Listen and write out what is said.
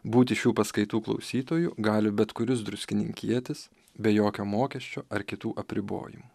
būti šių paskaitų klausytoju gali bet kuris druskininkietis be jokio mokesčio ar kitų apribojimų